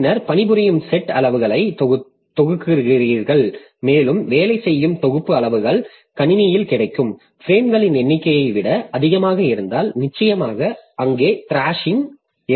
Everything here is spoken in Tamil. பின்னர் பணிபுரியும் செட் அளவுகளைத் தொகுக்கிறீர்கள் மேலும் வேலை செய்யும் தொகுப்பு அளவுகள் கணினியில் கிடைக்கும் பிரேம்களின் எண்ணிக்கையை விட அதிகமாக இருந்தால் நிச்சயமாக அங்கே த்ராஷிங் ஏற்படும்